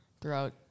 throughout